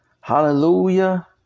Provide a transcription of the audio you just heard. Hallelujah